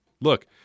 Look